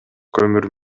көмүр